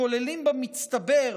שכוללים במצטבר,